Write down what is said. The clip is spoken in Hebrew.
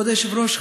כבוד היושב-ראש,